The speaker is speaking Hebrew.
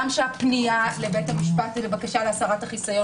גם שהפנייה לבית המשפט היא לבקשה להסרת החיסיון